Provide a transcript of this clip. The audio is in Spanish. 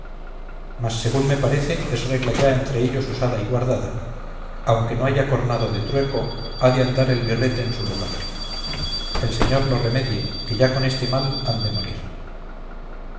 mas según me parece es regla ya entre ellos usada y guardada aunque no haya cornado de trueco ha de andar el birrete en su lugar el señor lo remedie que ya con este mal han de morir